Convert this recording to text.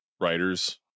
writers